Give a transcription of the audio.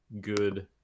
good